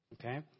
okay